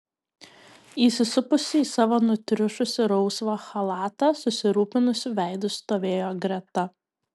įsisupusi į savo nutriušusį rausvą chalatą susirūpinusiu veidu stovėjo greta